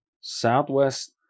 Southwest